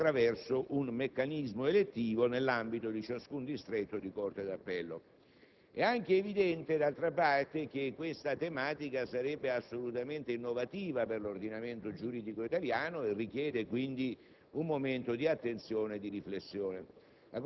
e propone di sciogliere il nodo attraverso un meccanismo elettivo nell'ambito di ciascun distretto di corte d'appello. È anche evidente, d'altra parte, che questa tematica sarebbe assolutamente innovativa per l'ordinamento giuridico italiano e richiede, quindi,